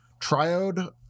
triode